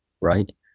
right